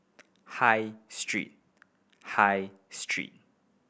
High Street High Street